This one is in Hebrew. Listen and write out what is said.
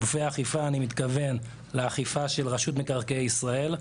בגופי האכיפה אני מתכוון לאכיפה של רשות מקרקעי ישראל,